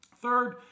Third